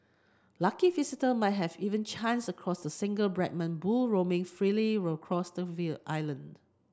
lucky visitor might have even chance across the single Brahman bull roaming freely across the will island